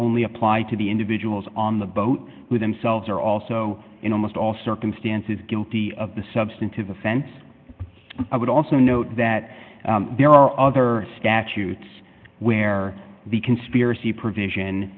only apply to the individuals on the boat with themselves or also in almost all circumstances guilty of the substantive offense i would also note that there are other statutes where the conspiracy provision